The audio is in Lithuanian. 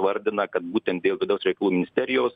vardina kad būtent dėl vidaus reikalų ministerijos